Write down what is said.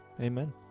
Amen